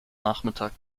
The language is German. nachmittag